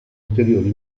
ulteriori